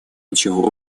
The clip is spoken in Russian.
ничего